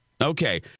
okay